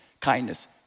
kindness